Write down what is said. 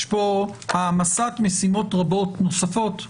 יש פה העמסת משימות רבות נוספות,